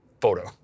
photo